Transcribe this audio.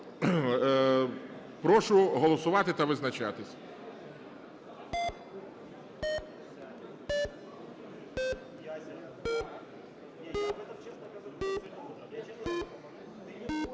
Прошу голосувати та визначатися.